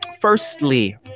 Firstly